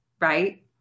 right